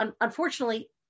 unfortunately